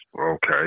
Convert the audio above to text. okay